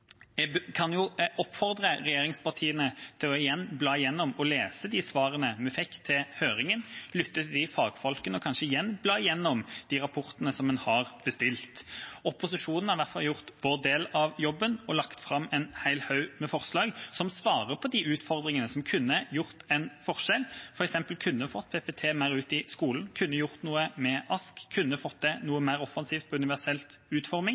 regjeringspartiene til igjen å bla igjennom og lese svarene vi fikk på høringen, lytte til fagfolkene og kanskje igjen bla igjennom de rapportene som en har bestilt. Vi i opposisjonen har i hvert fall gjort vår del av jobben og lagt fram en hel haug med forslag som svarer på de utfordringene som kunne gjort en forskjell, som f.eks. kunne fått PPT mer ut i skolen, kunne gjort noe med AKS, kunne fått til noe mer offensivt innenfor universell utforming